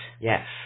Yes